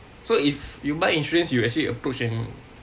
so if you buy insurance you actually approach an